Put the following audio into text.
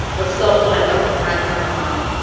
but stopped when i felt his hand cover mine.